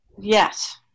Yes